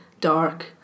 dark